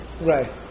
Right